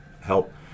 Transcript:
help